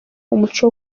umuco